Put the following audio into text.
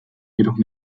jedoch